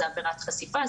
זו עבירת חשיפה,